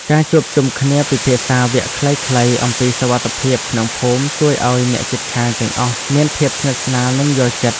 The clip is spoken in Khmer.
ការជួបជុំគ្នាពិភាក្សាវគ្គខ្លីៗអំពីសុវត្ថិភាពក្នុងភូមិជួយឱ្យអ្នកជិតខាងទាំងអស់មានភាពស្និទ្ធស្នាលនិងយល់ចិត្តគ្នា។